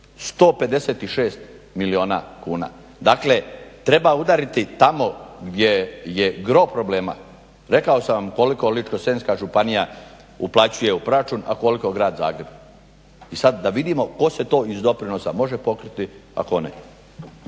156 milijuna kuna. Dakle, treba udariti tamo gdje je gro problema. Rekao sam vam koliko Ličko-senjska županija uplaćuje u proračun, a koliko Grad Zagreb. I sad da vidimo tko se to iz doprinosa može pokriti, a tko ne.